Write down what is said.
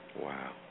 Wow